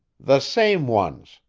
the same ones,